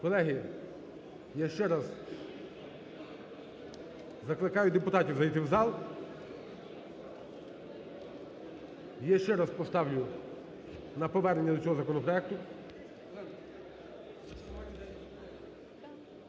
Колеги, я ще раз закликаю депутатів зайти в зал. І я ще раз поставлю на повернення до цього законопроекту.